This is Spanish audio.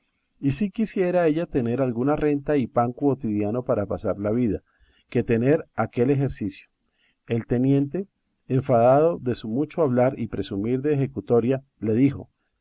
y si quisiera ella tener alguna renta y pan cuotidiano para pasar la vida que tener aquel ejercicio el teniente enfadado de su mucho hablar y presumir de ejecutoria le dijo